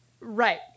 Right